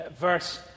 verse